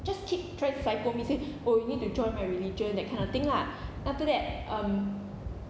just keep trying to psycho me say oh you need to join my religion that kind of thing lah after that um